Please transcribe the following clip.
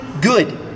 good